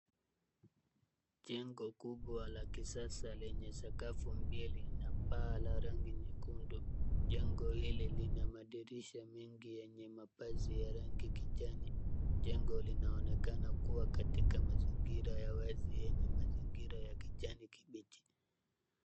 Jengo kubwa la kisasa lenye sakafu mbili na paa la rangi nyekundu. Jengo hili lina madirisha mengi yenye mapazia ya rangi kijani. Jengo linaonekana kuwa katika mazingira ya wazi yenye mazingira ya kijani kibichi.